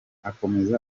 akomeza